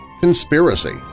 Conspiracy